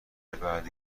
بعدی